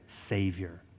Savior